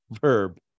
verb